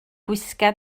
gwisga